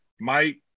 Mike